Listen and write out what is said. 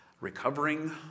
recovering